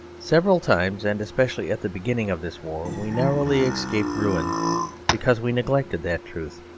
several times, and especially at the beginning of this war, we narrowly escaped ruin because we neglected that truth,